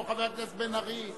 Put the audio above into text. כמו חבר הכנסת בן-ארי.